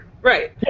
Right